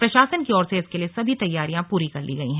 प्रशासन की ओर से इसके लिए सभी तैयारियां पूरी कर ली गयी हैं